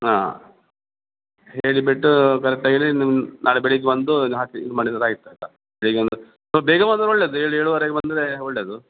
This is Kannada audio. ಹಾಂ ಹೇಳಿಬಿಟ್ಟು ಕರೆಕ್ಟಾಗಿ ಹೇಳಿ ನಿಮ್ಮ ನಾಳೆ ಬೆಳಗ್ಗೆ ಬಂದು ಇದು ಹಾಕಿ ಇದು ಮಾಡಿದ್ರೆ ಆಯ್ತು ಆಯಿತಾ ಬೆಳಿಗ್ಗೆ ಒಂದು ಸೊಲ್ಫ ಬೇಗ ಬಂದರೆ ಒಳ್ಳೆಯದು ಏಳು ಏಳೂವರೆಗೆ ಬಂದರೆ ಒಳ್ಳೆಯದು